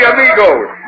Amigos